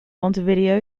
montevideo